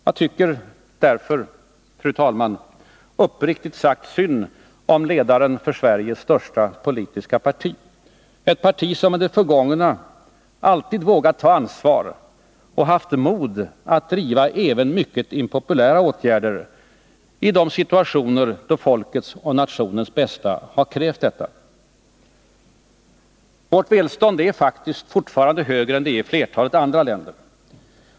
Jag tycker därför, fru talman, uppriktigt sagt synd om ledaren för Sveriges största politiska parti, ett parti som i det förgångna vågat ta ansvar och haft mod att driva igenom mycket impopulära åtgärder i situationer där folkets och nationens bästa har krävt det. Vårt välstånd är fortfarande högre än det är i flertalet andra länder.